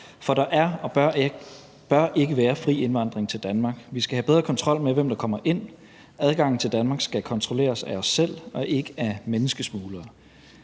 For der er og bør ikke være fri indvandring til Danmark. Vi skal have bedre kontrol med, hvem der kommer ind – adgangen til Danmark skal kontrolleres af os selv og ikke af menneskesmuglere.